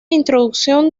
introducción